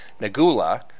Nagula